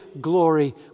glory